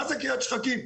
מה זה קריית שחקים?